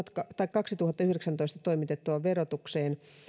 kaksituhattayhdeksäntoista toimitettavaan verotukseen